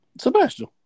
Sebastian